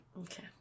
Okay